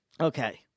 Okay